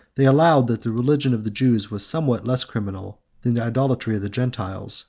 they allowed that the religion of the jews was somewhat less criminal than the idolatry of the gentiles